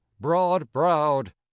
broad-browed